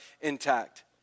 intact